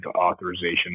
authorization